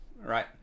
right